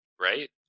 Right